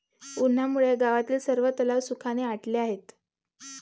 उन्हामुळे गावातील सर्व तलाव सुखाने आटले आहेत